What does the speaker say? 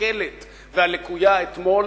הקלוקלת והלקויה אתמול